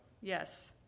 yes